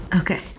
Okay